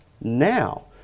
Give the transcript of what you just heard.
now